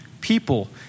people